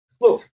Look